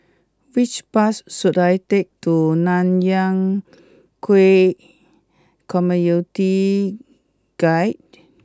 which bus should I take to Nanyang Khek Community Guild